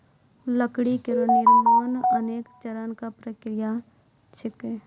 लकड़ी केरो निर्माण अनेक चरण क प्रक्रिया छिकै